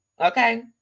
Okay